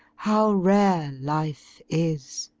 how rare life is!